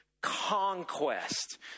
conquest